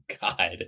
god